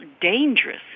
dangerous